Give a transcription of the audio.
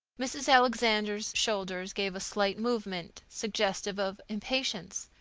mrs. alexander's shoulders gave a slight movement, suggestive of impatience.